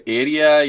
area